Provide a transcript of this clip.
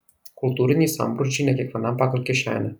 kultūriniai sambrūzdžiai ne kiekvienam pagal kišenę